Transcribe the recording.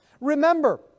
Remember